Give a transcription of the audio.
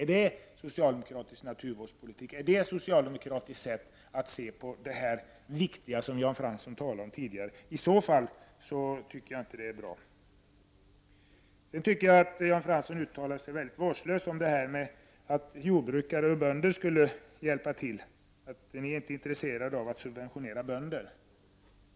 Är det socialdemokratisk naturvårdspolitik, är det ett socialdemokratiskt sätt att se på det som Jan Fransson tidigare sade var så viktigt? I så fall tycker jag inte att det är bra. Jag tycker att Jan Fransson sedan uttalade sig mycket vårdslöst om tanken att jordbrukare och bönder skulle hjälpa till när han sade att socialdemokraterna inte är intresserade av att subventionera bönder.